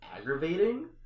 aggravating